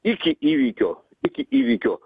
iki įvykio iki įvykio